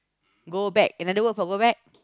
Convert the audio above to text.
go back another word for go back